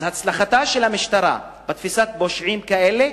אז בהצלחתה של המשטרה בתפיסת פושעים כאלה,